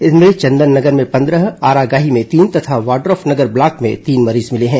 इनमें चंदन नगर में पंद्रह आरागाही में तीन तथा वाइफनगर ब्लॉक में तीन मरीज मिले हैं